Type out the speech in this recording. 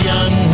Young